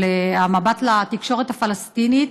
מבט לתקשורת פלסטינית,